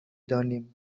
دانیم